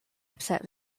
upset